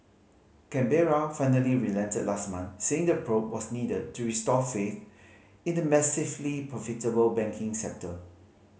Canberra finally relented last month saying the probe was needed to restore faith in the massively profitable banking sector